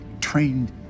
Trained